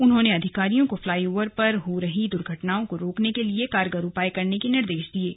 उन्होंने अधिकारियों को फ्लाई ओवर पर हो रही दुर्घटनाओं को रोकने के लिए कारगर उपाय करने के निर्देश दिए हैं